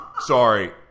Sorry